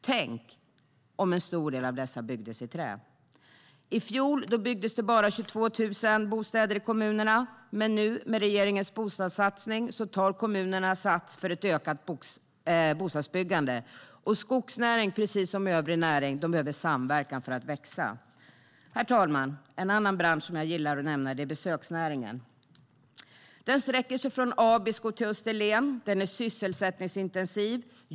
Tänk om en stor del av dessa bostäder byggdes i trä. I fjol byggdes det bara 22 000 bostäder i kommunerna. Men nu, med regeringens bostadssatsning, tar kommunerna sats för ett ökat bostadsbyggande. Och skogsnäringen behöver, precis som övriga näringar, samverkan för att växa. Herr talman! En annan bransch som jag gillar att nämna är besöksnäringen. Den sträcker sig från Abisko till Österlen. Den är sysselsättningsintensiv.